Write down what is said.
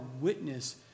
witness